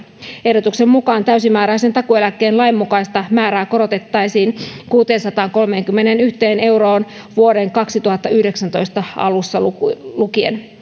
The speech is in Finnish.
ehdotuksen mukaan täysimääräisen takuueläkkeen lainmukaista määrää korotettaisiin kuuteensataankolmeenkymmeneenyhteen euroon vuoden kaksituhattayhdeksäntoista alusta lukien lukien